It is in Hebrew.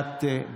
הוראת שעה),